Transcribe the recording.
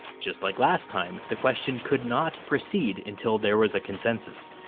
just like last time, the question could not proceed until there was consensus.